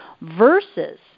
Versus